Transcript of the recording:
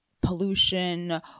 pollution